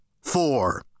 four